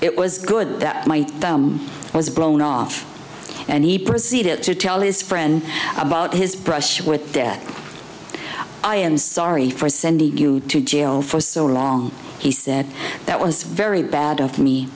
it was good that was blown off and he proceeded to tell is for and about his brush with death i am sorry for sending you to jail for so long he said that was very bad of me